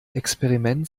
experiment